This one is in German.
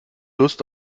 lust